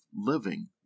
living